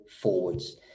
forwards